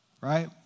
right